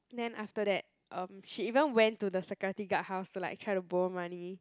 then after that um she even went to the security guard house to like borrow to money